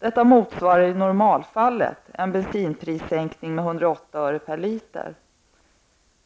Detta motsvarar i normalfallet en bensinprissänkning med 108 öre/ liter.